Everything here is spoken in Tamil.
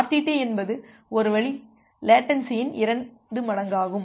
ஆர்டிடி என்பது ஒரு வழி லேட்டன்சியின் இரண்டு மடங்காகும்